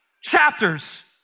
chapters